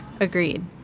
agreed